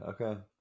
Okay